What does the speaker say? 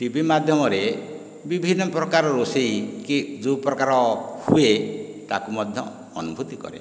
TV ମାଧ୍ୟମରେ ବିଭିନ୍ନ ପ୍ରକାରର ରୋଷେଇ କି ଯେଉଁ ପ୍ରକାର ହୁଏ ତାକୁ ମଧ୍ୟ ଅନୁଭୂତି କରେ